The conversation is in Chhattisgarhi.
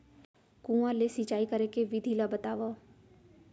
कुआं ले सिंचाई करे के विधि ला बतावव?